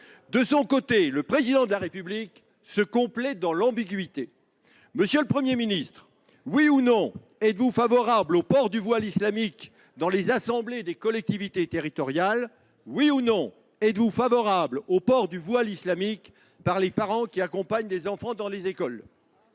De son côté, le Président de la République se complaît dans l'ambiguïté. Monsieur le Premier ministre, oui ou non êtes-vous favorable au port du voile islamique dans les assemblées des collectivités territoriales ? Oui ou non êtes-vous favorable au port du voile islamique par les parents qui accompagnent les enfants dans les écoles ?